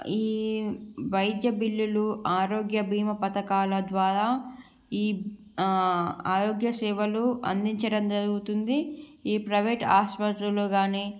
ఈ వైద్య బిల్లులు ఆరోగ్య బీమా పథకాల ద్వారా ఈ ఆ ఆరోగ్య సేవలు అందించడం జరుగుతుంది ఈ ప్రైవేట్ హాస్పిటల్లో కాని